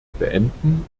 beenden